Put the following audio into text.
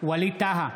ווליד טאהא,